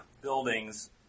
buildings